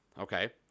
Okay